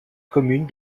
commune